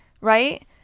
right